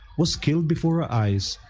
was killed before i